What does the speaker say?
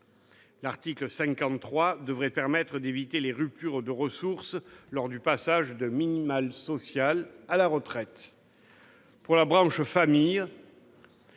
L'article 53 devrait permettre d'éviter les ruptures de ressources lors du passage d'un minimum social à la retraite. Pour la branche famille,